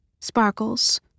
Sparkles